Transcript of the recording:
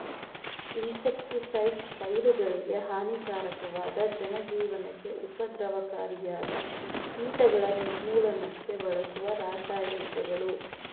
insecticides ಪೈರುಗಳಿಗೆ ಹಾನಿಕಾರಕವಾದ ಜನಜೀವನಕ್ಕೆ ಉಪದ್ರವಕಾರಿಯಾದ ಕೀಟಗಳ ನಿರ್ಮೂಲನಕ್ಕೆ ಬಳಸುವ ರಾಸಾಯನಿಕಗಳು